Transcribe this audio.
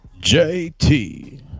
JT